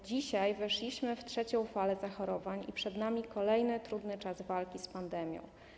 Dzisiaj weszliśmy w trzecią falę zachorowań i przed nami kolejny trudny czas walki z pandemią.